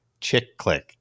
ChickClick